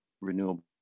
renewable